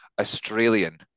Australian